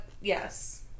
yes